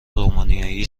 رومانیایی